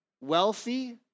wealthy